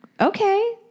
okay